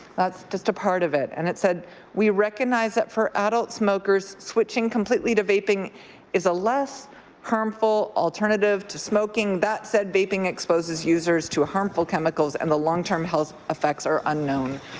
that's just a part of it. and it said we recognize that for adult smokers, switching completely to vaping is a less harmful alternative to smoking, but said vaping exposes users to harmful chemicals and the long-term health effects are unknown.